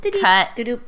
Cut